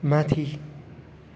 माथि